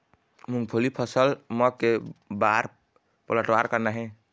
मूंगफली फसल म के बार पलटवार करना हे?